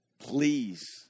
Please